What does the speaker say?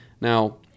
Now